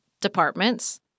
departments